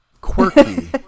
Quirky